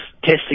testing